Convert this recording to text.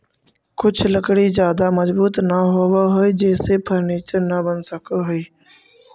कुछ लकड़ी ज्यादा मजबूत न होवऽ हइ जेसे फर्नीचर न बन सकऽ हइ